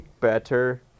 better